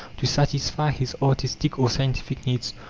to satisfy his artistic or scientific needs,